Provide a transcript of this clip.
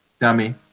dummy